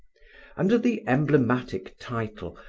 under the emblematic title,